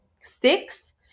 six